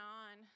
on